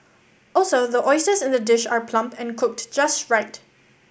also the oysters in the dish are plump and cooked just right